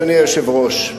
אדוני היושב-ראש,